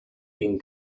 been